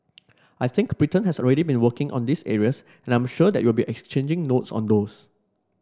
I think Britain has already been working on these areas and I'm sure that we'll be exchanging notes on those